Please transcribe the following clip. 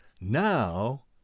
Now